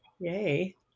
yay